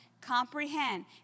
comprehend